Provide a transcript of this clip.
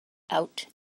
out